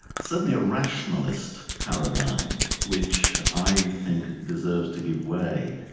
certainly a rationalist paradigm which i think deserves to give way.